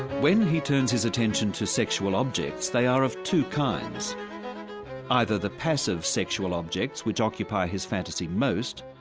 when he turns his attention to sexual objects they are of two kinds either the passive sexual objects which occupy his fantasy most,